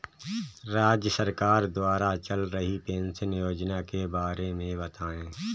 राज्य सरकार द्वारा चल रही पेंशन योजना के बारे में बताएँ?